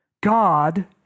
God